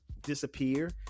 disappear